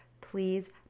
please